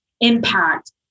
impact